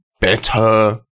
better